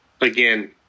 again